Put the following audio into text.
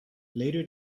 later